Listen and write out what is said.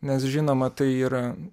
nes žinoma tai yra